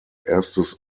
erstes